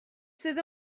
sydd